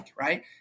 right